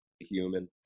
Human